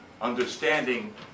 understanding